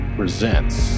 presents